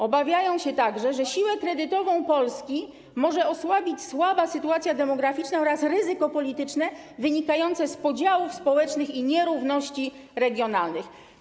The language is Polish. Obawiają się także, że siłę kredytową Polski mogą osłabić słaba sytuacja demograficzna oraz ryzyko polityczne wynikające z podziałów społecznych i nierówności regionalnych.